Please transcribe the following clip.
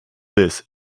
this